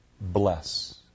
Bless